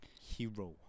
hero